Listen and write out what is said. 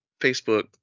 Facebook